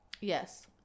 Yes